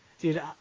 Dude